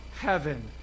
heaven